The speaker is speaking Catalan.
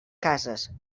cases